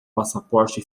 passaporte